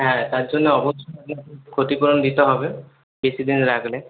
হ্যাঁ তার জন্য অবশ্যই ক্ষতিপূরণ দিতে হবে বেশি দিন রাখলে